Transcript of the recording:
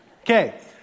Okay